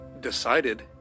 decided